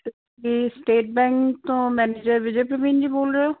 ਤੁਸੀਂ state bank ਤੋਂ manager Vijay Praveen ji ਬੋਲ ਰਹੇ ਓ